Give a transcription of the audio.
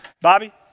Bobby